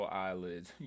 eyelids